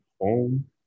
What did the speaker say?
home